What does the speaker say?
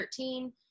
13